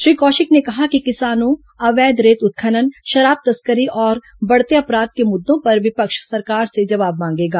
श्री कौशिक ने कहा कि किसानों अवैध रेत उत्खनन शराब तस्करी और बढ़ते अपराध के मुद्दों पर विपक्ष सरकार से जवाब मांगेगा